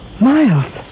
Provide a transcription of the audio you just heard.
Miles